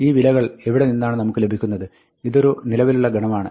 ഈ വിലകൾ എവിടെ നിന്നാണ് നമുക്ക് ലഭിക്കുന്നത് ഇതൊരു നിലവിലുള്ള ഗണമാണ്